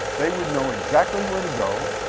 they would know exactly where to go,